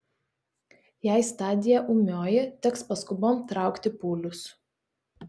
jei stadija ūmioji teks paskubom traukti pūlius